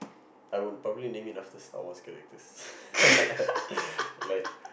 I would probably name it after Star-Wars characters like